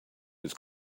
his